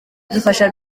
idufasha